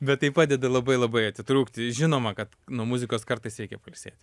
bet tai padeda labai labai atitrūkti žinoma kad nuo muzikos kartais reikia pailsėti